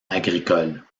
agricole